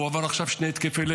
הוא עבר עכשיו באק"ג